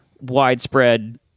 widespread